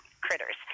critters